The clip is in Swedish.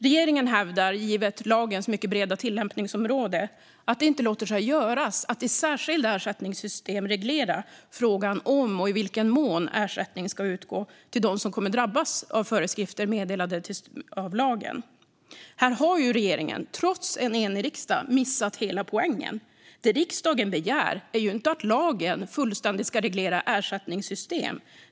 Regeringen hävdar, givet lagens mycket breda tillämpningsområde, att det inte låter sig göras att i särskilda ersättningssystem reglera frågan om och i vilken mån ersättning ska utgå till dem som kommer att drabbas av föreskrifter meddelade i lagen. Här har regeringen, trots en enig riksdag, missat hela poängen. Det riksdagen begär är inte att lagen fullständigt ska reglera ersättningssystemen.